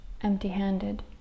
empty-handed